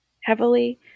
heavily